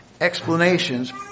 explanations